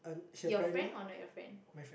your friend or not your friend